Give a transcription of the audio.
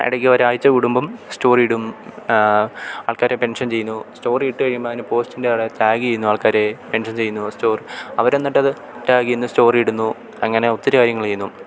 ഇടക്ക് ഒരാഴ്ച കുടുംബം സ്റ്റോറി ഇടും ആൾക്കാരെ മെൻഷൻ ചെയ്യുന്നു സ്റ്റോറി ഇട്ട് കഴിയുമ്പം അതിന് പോസ്റ്റിൻ്റവിടെ ടാഗ് ചെയ്യുന്നു ആൾക്കാരെ മെൻഷൻ ചെയ്യുന്നു സ്റ്റോർ അവരെന്നിട്ടത് ടാഗ് ചെയ്യുന്നു സ്റ്റോറി ഇടുന്നു അങ്ങനെ ഒത്തിരി കാര്യങ്ങൾ ചെയ്യുന്നു